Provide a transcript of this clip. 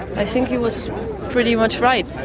i think he was pretty much right.